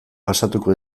pasatuko